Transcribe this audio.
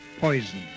poison